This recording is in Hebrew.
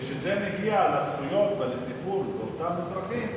כשזה מגיע לזכויות ולטיפול באותם אזרחים,